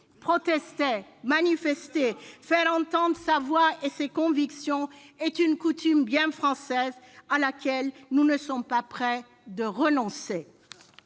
Protester, manifester, faire entendre sa voix et ses convictions est une coutume bien française à laquelle nous ne sommes pas près de renoncer.